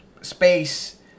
space